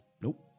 nope